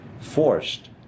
forced